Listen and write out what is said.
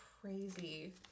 crazy